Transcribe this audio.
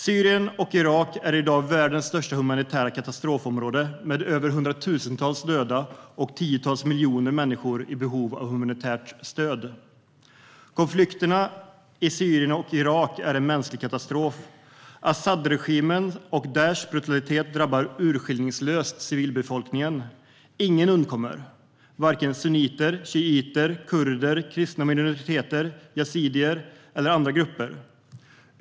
Syrien och Irak är i dag världens största humanitära katastrofområde med hundratusentals döda och tiotals miljoner människor i behov av humanitärt stöd. Konflikterna i Syrien och Irak är en mänsklig katastrof. Asadregimens och Daishs brutalitet drabbar urskillningslöst civilbefolkningen. Ingen undkommer, vare sig sunniter, shiiter, kurder, kristna minoriteter, yazidier eller andra grupper.